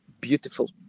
beautiful